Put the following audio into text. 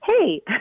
Hey